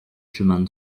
chemins